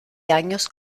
años